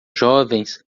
jovens